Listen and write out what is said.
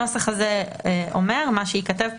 הנוסח הזה אומר שמה שייכתב פה,